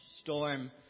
storm